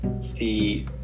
see